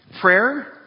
prayer